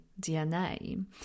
dna